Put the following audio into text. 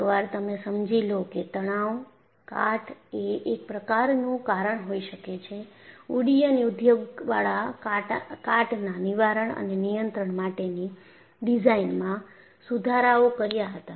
એકવાર તમે સમજી લો કે તણાવ કાટએ એક પ્રકારનું કારણ હોઈ શકે છે ઉડ્ડયન ઉદ્યોગવાળા કાટના નિવારણ અને નિયંત્રણ માટેની ડિઝાઇનમાં સુધારાઓ કર્યા હતા